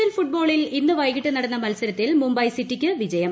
L ഫുട്ബോളിൽ ഇന്ന് വൈകിട്ട് നടന്ന മത്സരത്തിൽ മുംബൈ സിറ്റിക്ക് വിജയം